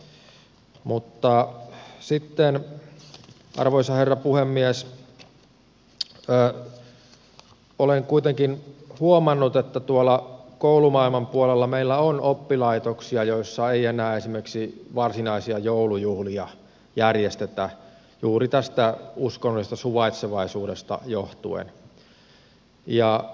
mutta sitten arvoisa herra puhemies olen kuitenkin huomannut että koulumaailman puolella meillä on oppilaitoksia joissa ei enää esimerkiksi varsinaisia joulujuhlia järjestetä juuri tästä uskonnollisesta suvaitsevaisuudesta johtuen